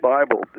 Bible